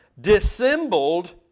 dissembled